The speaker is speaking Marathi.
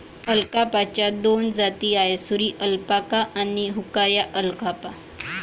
अल्पाकाच्या दोन जाती आहेत, सुरी अल्पाका आणि हुआकाया अल्पाका